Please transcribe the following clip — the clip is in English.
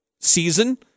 season